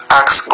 ask